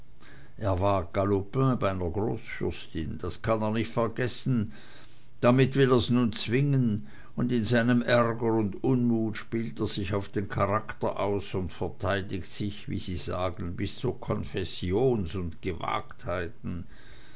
er war galopin bei ner großfürstin das kann er nicht vergessen damit will er's nun zwingen und in seinem ärger und unmut spielt er sich auf den charakter aus und versteigt sich wie sie sagen bis zu confessions und